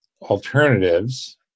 alternatives